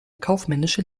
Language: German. kaufmännische